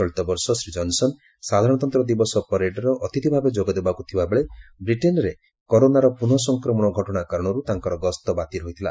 ଚଳିତ ବର୍ଷ ଶ୍ରୀ ଜନ୍ସନ୍ ସାଧାରଣତନ୍ତ ଦିବସ ପ୍ୟାରେଡ୍ର ଅତିଥି ଭାବେ ଯୋଗଦେବାକୁ ଥିବାବେଳେ ବ୍ରିଟେନ୍ରେ କରୋନାର ପୁନଃ ସଂକ୍ରମଣ ଘଟଣା କାରଣରୁ ତାଙ୍କର ଗସ୍ତ ବାତିଲ୍ ହୋଇଥିଲା